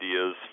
ideas